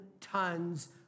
tons